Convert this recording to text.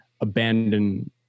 abandon